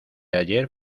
ayer